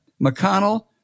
McConnell